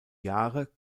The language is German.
jahre